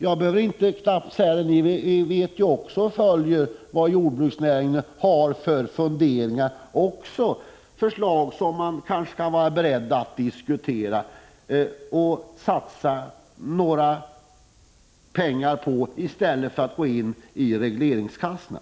Jag behöver knappt säga det, för ni följer ju också vad jordbruksnäringen har för funderingar och förslag, som man kanske skall vara beredd att diskutera och satsa pengar på i stället Prot. 1985/86:118 för att använda regleringskassorna.